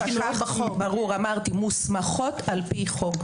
ברור, אמרתי, מוסמכות על-פי חוק.